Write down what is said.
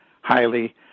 highly